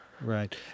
Right